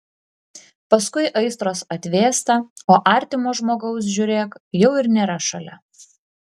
paskui aistros atvėsta o artimo žmogaus žiūrėk jau ir nėra šalia